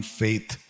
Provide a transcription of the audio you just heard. faith